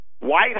White